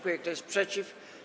Kto jest przeciw?